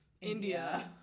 india